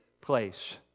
place